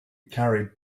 carried